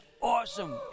Awesome